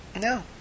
No